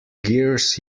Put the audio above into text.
gears